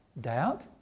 doubt